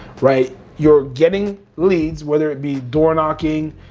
right? you're getting leads, whether it be door knocking,